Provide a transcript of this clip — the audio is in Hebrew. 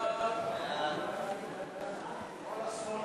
ההצעה להעביר את הצעת חוק סדר הדין הפלילי (סמכויות